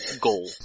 goal